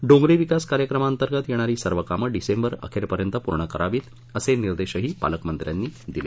डोंगरी विकास कार्यक्रमाअंतर्गत येणारी सर्व कामं डिसेंबर अखेर पर्यंत पुर्ण करावीत असे निर्देशही पालकमंत्र्यांनी दिले